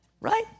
Right